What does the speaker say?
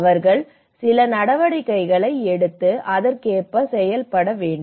அவர்கள் சில நடவடிக்கைகளை எடுத்து அதற்கேற்ப செயல்பட வேண்டும்